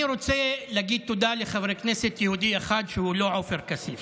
אני רוצה להגיד תודה לחברי כנסת יהודי אחד שהוא לא עופר כסיף.